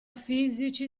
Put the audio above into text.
fisici